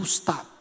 stop